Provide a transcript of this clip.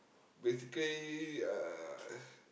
basically uh